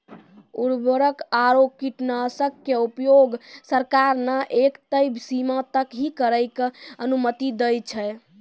उर्वरक आरो कीटनाशक के उपयोग सरकार न एक तय सीमा तक हीं करै के अनुमति दै छै